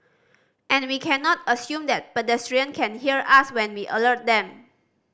and we cannot assume that pedestrian can hear us when we alert them